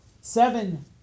seven